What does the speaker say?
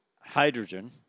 Hydrogen